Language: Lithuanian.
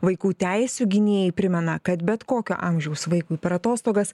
vaikų teisių gynėjai primena kad bet kokio amžiaus vaikui per atostogas